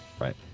Right